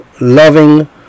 loving